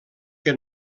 que